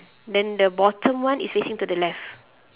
then the bottom one is facing to the left